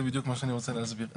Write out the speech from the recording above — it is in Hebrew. זה בדיוק מה שאני רוצה להסביר פה.